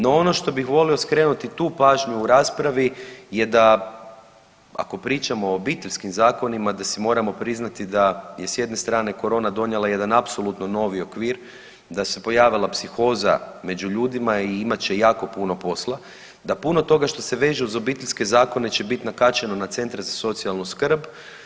No ono što bih volio skrenuti tu pažnju u raspravi je da ako pričamo o obiteljskim zakonima da si moramo priznati da je s jedne strane korona donijela jedan apsolutno novi okvir, da se pojavila psihoza među ljudima i imat će jako puno posla, da puno toga što se veže uz obiteljske zakone će biti nakačeno na centar za socijalnu skrb.